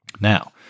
Now